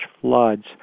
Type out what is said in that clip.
floods